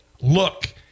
look